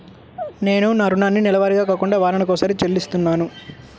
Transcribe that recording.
నేను నా రుణాన్ని నెలవారీగా కాకుండా వారానికోసారి చెల్లిస్తున్నాను